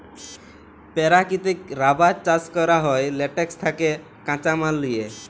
পেরাকিতিক রাবার চাষ ক্যরা হ্যয় ল্যাটেক্স থ্যাকে কাঁচা মাল লিয়ে